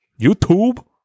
YouTube